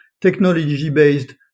technology-based